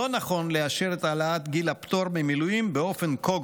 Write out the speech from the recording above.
לא נכון לאשר את העלאת גיל הפטור ממילואים באופן כה